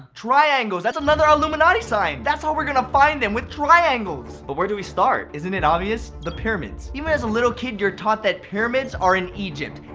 triangles! that's another illuminati sign! that's how we're gonna find them. with triangles! but where do we start? isn't it obvious? the pyramids. even as a little kid, you're taught that pyramids are in egypt.